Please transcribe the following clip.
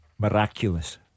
Miraculous